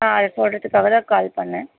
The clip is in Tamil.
ஆ அதை சொல்றதுக்காக தான் கால் பண்ணிணேன்